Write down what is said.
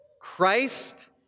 Christ